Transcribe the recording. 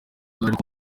ariko